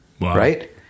right